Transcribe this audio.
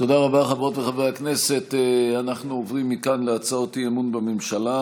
הצעת חוק הרשות הלאומית